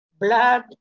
blood